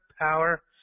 power